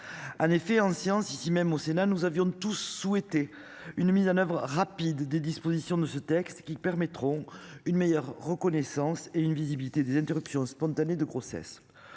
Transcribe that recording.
En effet en sciences ici même au Sénat, nous avions tous souhaiter une mise en oeuvre rapide des dispositions de ce texte qui permettront une meilleure reconnaissance et une visibilité des interruptions spontanées de grossesse.